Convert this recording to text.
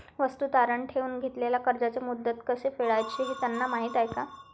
वस्तू तारण ठेवून घेतलेल्या कर्जाचे मुद्दल कसे फेडायचे हे त्यांना माहीत आहे का?